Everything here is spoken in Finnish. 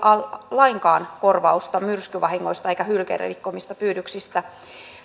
lainkaan korvausta myrskyvahingoista eivätkä hylkeiden rikkomista pyydyksistä